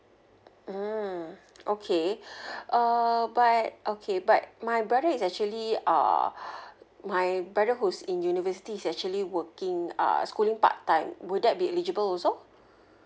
mm okay uh but okay but my brother is actually uh my brother who's in university is actually working uh schooling part time would that be eligible also